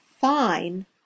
fine